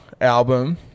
album